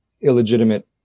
illegitimate